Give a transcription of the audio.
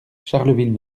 charleville